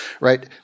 right